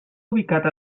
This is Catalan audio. ubicat